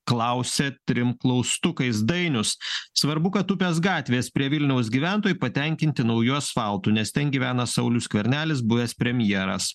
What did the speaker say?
klausia trim klaustukais dainius svarbu kad upės gatvės prie vilniaus gyventojai patenkinti nauju asfaltu nes ten gyvena saulius skvernelis buvęs premjeras